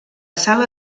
sala